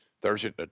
Thursday